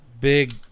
big